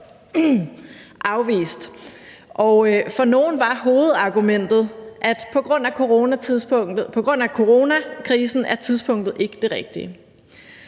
afvist. Og for nogle var hovedargumentet, at på grund af coronakrisen var tidspunktet ikke det rigtige.